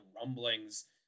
rumblings